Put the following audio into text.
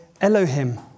Elohim